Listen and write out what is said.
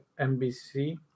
NBC